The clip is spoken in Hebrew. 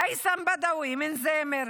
אייסם בדווי מזמר,